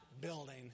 building